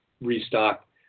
restock